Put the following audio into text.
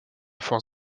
force